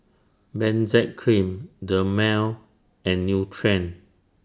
Benzac Cream Dermale and Nutren